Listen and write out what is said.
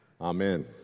Amen